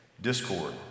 discord